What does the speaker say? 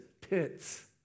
pits